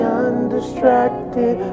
undistracted